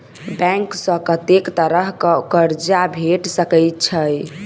Bank सऽ कत्तेक तरह कऽ कर्जा भेट सकय छई?